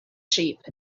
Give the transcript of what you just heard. sheep